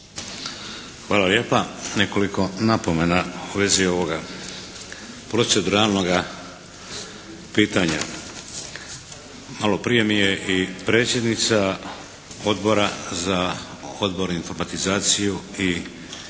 Hvala lijepa. Nekoliko napomena u vezi ovoga proceduralnoga pitanja. Maloprije mi je i predsjednica Odbora za odbor i informatizaciju i, informiranje